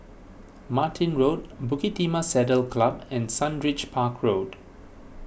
Martin Road Bukit Timah Saddle Club and Sundridge Park Road